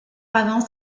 avance